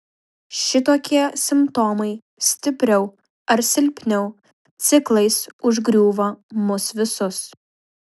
šitokie simptomai stipriau ar silpniau ciklais užgriūva mus visus